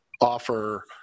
offer